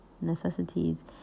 Necessities